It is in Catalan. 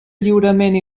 lliurament